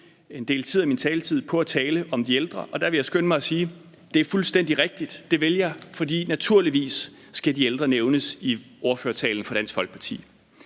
en del af min taletid på at tale om de ældre, og der vil jeg skynde mig at sige: Det er fuldstændig rigtigt; det vil jeg, for naturligvis skal de ældre nævnes i ordførertalen fra Dansk Folkeparti.